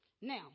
Now